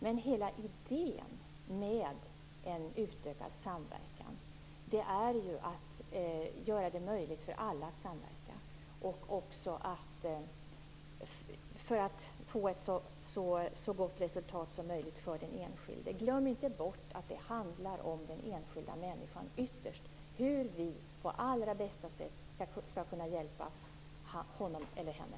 Men hela idén med en utökad samverkan är ju att göra det möjligt för alla att samverka för att man skall få ett så gott resultat som möjligt för den enskilda. Man får inte glömma bort att det ytterst handlar om den enskilda människan och hur vi på allra bästa sätt skall kunna hjälpa honom eller henne.